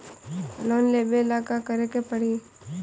Loan लेबे ला का करे के पड़ी?